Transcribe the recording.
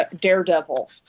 Daredevil